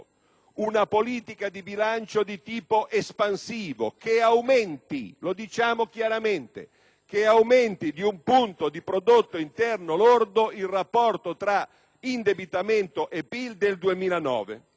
una politica di bilancio di tipo espansivo che aumenti, lo diciamo chiaramente, di un punto di prodotto interno lordo il rapporto tra indebitamento e PIL per il 2009.